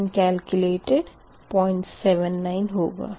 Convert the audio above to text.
Q2 calculated 079 होगा